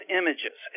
images